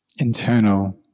internal